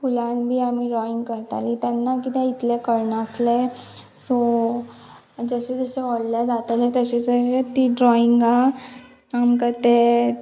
फुलान बी आमी ड्रॉइंग करतालीं तेन्ना किदें इतलें कळनासलें सो जशें जशें व्हडलें जातलें तशें जशें तीं ड्रॉइंगा आमकां तें